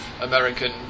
American